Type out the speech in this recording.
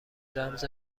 رمز